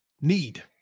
need